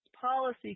policy